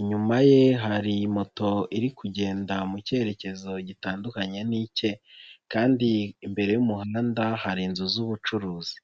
Inyuma ye hari iyi moto iri kugenda mu cyerekezo gitandukanye n'icye kandi imbere y'umuhanda hari inzu z'ubucuruzi.